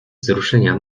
wzruszenia